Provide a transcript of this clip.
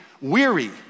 weary